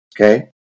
Okay